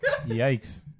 Yikes